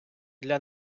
для